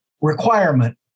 requirement